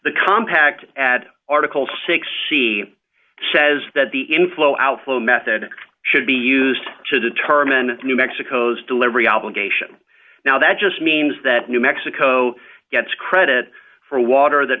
the compact at article six she says that the inflow outflow method should be used to determine new mexico's delivery obligation now that just means that new mexico gets credit for water that